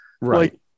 right